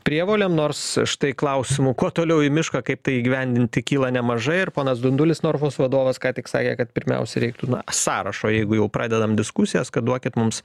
prievolėm nors štai klausimų kuo toliau į mišką kaip tai įgyvendinti kyla nemažai ir ponas dundulis norfos vadovas ką tik sakė kad pirmiausiai reiktų na sąrašo jeigu jau pradedam diskusijas kad duokit mums